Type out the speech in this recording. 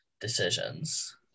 decisions